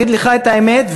אגיד לך את האמת,